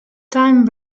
time